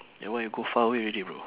that one you go far away already bro